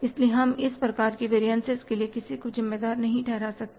इसलिए हम इस प्रकार के वेरियनसिस के लिए किसी को जिम्मेदार नहीं ठंहरा सकते